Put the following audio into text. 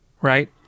right